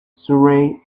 surrey